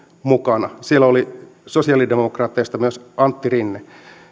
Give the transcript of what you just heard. mukana siellä oli sosialidemokraateista myös antti rinne